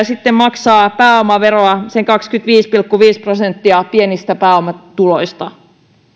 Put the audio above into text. sitten maksaa pääomaveroa sen kaksikymmentäviisi pilkku viisi prosenttia pienistä pääomatuloista